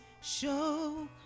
show